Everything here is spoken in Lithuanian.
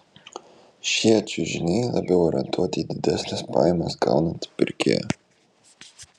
šie čiužiniai labiau orientuoti į didesnes pajamas gaunantį pirkėją